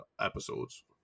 episodes